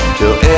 till